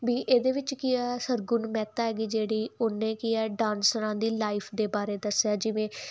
ਵੀ ਇਹਦੇ ਵਿੱਚ ਕੀ ਆ ਸਰਗੁਣ ਮਹਿਤਾ ਗੀ ਜਿਹੜੀ ਉਹਨੇ ਕੀ ਆ ਡਾਂਸਰਾਂ ਦੀ ਲਾਈਫ ਦੇ ਬਾਰੇ ਦੱਸਿਆ ਜਿਵੇਂ